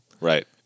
Right